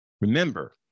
Remember